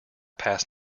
past